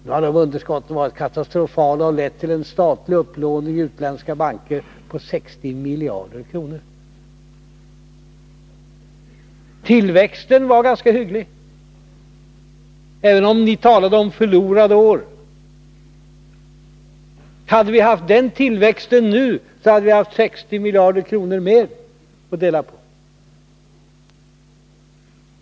Nu har underskotten varit katastrofala och lett till en statlig upplåning i utländska banker på 60 miljarder kronor. Tillväxten var ganska hygglig — även om ni talar om förlorade år. Hade vi haft den tillväxten nu, hade vi haft 60 miljarder kronor mer att dela på.